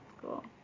Cool